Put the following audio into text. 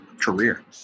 career